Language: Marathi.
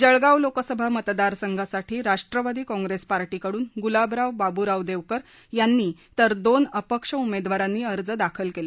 जळगाव लोकसभा मतदार संघासाठी राष्ट्रवादी काँग्रेस पार्टीकडून गुलाबराव बाब्राव देवकर यांनी तर दोन अपक्ष उमेदवारांनी अर्ज दाखल केले